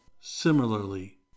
similarly